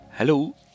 Hello